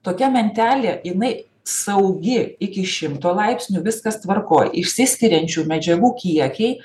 tokia mentelė jinai saugi iki šimto laipsnių viskas tvarkoj išsiskiriančių medžiagų kiekiai